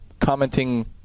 commenting